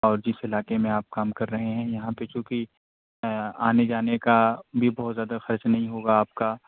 اور جس علاقے میں آپ کام کر رہے ہیں یہاں پہ چونکہ آنے جانے کا بھی بہت زیادہ خرچ نہیں ہوگا آپ کا